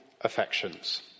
affections